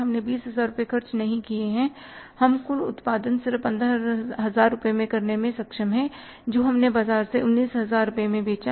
हमने 20000 रुपए खर्च नहीं किए हैं हम कुल उत्पादन सिर्फ 15000 रूपए में करने में सक्षम हैं जो हमने बाजार में 19000 रूपए में बेचा